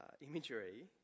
imagery